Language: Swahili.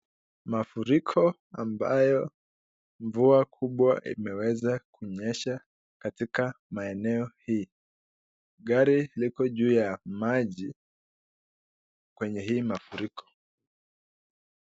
Mafuriko ambayo mvua kubwa imeweza kunyesha katika maeneo hii ,gari liko juu ya maji kwenye hii mafuriko.